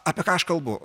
apie ką aš kalbu